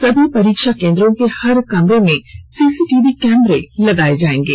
सभी परीक्षा केंद्रों के हर कमरे में सीसीटीवी कैमरे लगाए जाएंगे